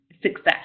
success